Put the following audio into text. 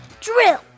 Drill